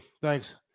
thanks